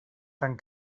tant